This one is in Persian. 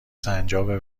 سنجابه